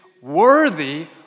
worthy